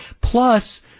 Plus